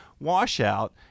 washout